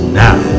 now